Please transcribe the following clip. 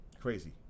Crazy